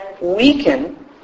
weaken